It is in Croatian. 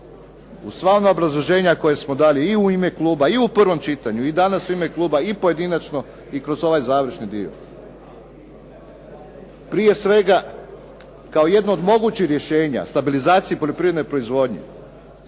Uz sva ona obrazloženja koja smo dali i u ime kluba i u prvom čitanju, i danas u ime kluba, i pojedinačno i kroz ovaj završni dio. Prije svega, kao jedno od mogućih rješenja stabilizacije poljoprivredne proizvodnje,